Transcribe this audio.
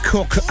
Cook